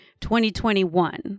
2021